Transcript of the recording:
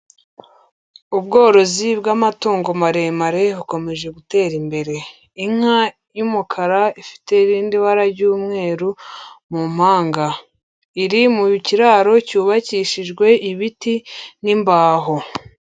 Ubworozi bw'amatungo maremare bukomeje gutera imbere, inka y'umukara ifite irindi bara ry'umweru mu mpanga, iri mu kiraro cyubakishijwe ibiti n'imbaho.